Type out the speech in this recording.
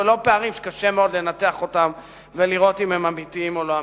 ולא בפערים שקשה מאוד לנתח אותם ולראות אם הם אמיתיים או לא אמיתיים.